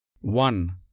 One